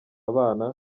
abana